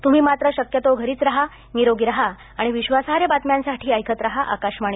तम्ही मात्र शक्यतो घरीच रहा निरोगी रहा आणि विश्वासार्ह बातम्यांसाठी ऐकत रहा आकाशवाणी